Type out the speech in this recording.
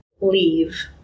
leave